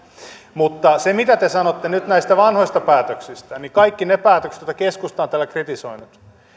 mutta se mitä te nyt sanotte näistä vanhoista päätöksistä niin kaikki ne päätökset joita keskusta on täällä kritisoinut niin